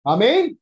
Amen